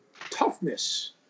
toughness